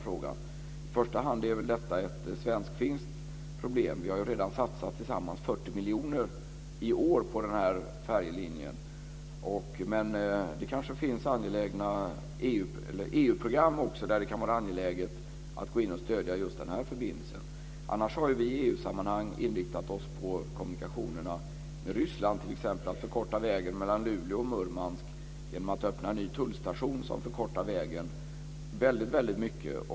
I första hand är väl detta ett svensk-finskt problem. Vi har redan i år satsat 40 miljoner tillsammans på den här färjelinjen. Det kanske finns EU-program där det kan vara angeläget att stödja just den här förbindelsen. Annars har vi i EU-sammanhang inriktat oss på kommunikationerna med Ryssland, som t.ex. att förkorta vägen mellan Luleå och Murmansk genom att öppna en ny tullstation som förkortar vägen väldigt mycket.